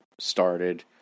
started